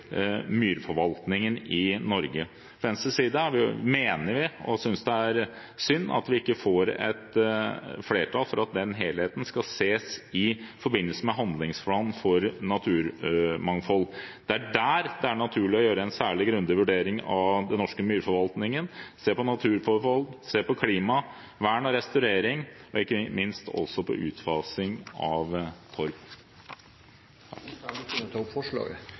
myrforvaltningen i Norge. Fra Venstres side synes vi det er synd at vi ikke får et flertall for at den helheten skal ses i forbindelse med handlingsplanen for naturmangfold. Det er der det er naturlig å gjøre en særlig grundig vurdering av den norske myrforvaltningen, for å se på naturmangfold, på klima, på vern og restaurering og ikke minst altså på utfasing av torv. Ønsker Elvestuen å ta opp forslaget?